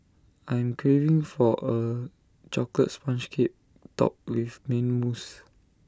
I'm craving for A Chocolate Sponge Cake Topped with Mint Mousse